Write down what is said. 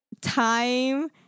time